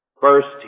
First